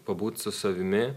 pabūt su savimi